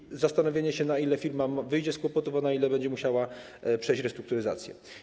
Chodzi o zastanowienie się, na ile firma wyjdzie z kłopotów, a na ile będzie musiała przejść restrukturyzację.